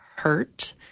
hurt